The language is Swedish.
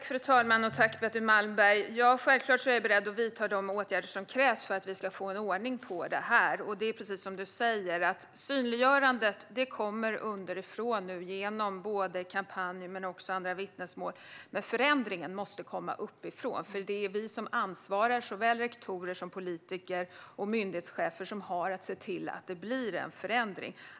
Fru talman! Tack för frågan, Betty Malmberg! Självklart är jag beredd att vidta de åtgärder som krävs för att vi ska få ordning på det här. Det är precis som Betty Malmberg säger, att synliggörandet nu kommer underifrån, både genom kampanjen och genom andra vittnesmål. Förändringen måste dock komma uppifrån, för det är vi som har ansvaret - såväl rektorer som politiker och myndighetschefer - som har att se till att det blir en förändring.